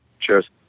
Cheers